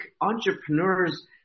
entrepreneurs